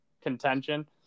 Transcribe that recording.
contention